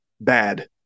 Bad